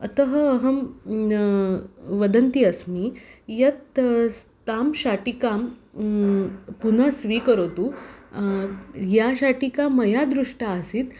अतः अहं वदन्ती अस्मि यत् तां शाटिकां पुनः स्वीकरोतु यां शाटिकां मया दृष्टा आसीत्